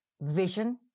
vision